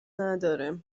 نداره